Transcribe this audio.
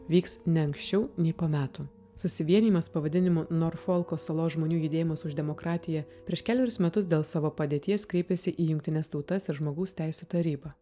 vyks ne anksčiau nei po metų susivienijimas pavadinimu norfolko salos žmonių judėjimas už demokratiją prieš kelerius metus dėl savo padėties kreipėsi į jungtines tautas ir žmogaus teisių tarybą